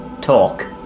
talk